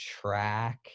track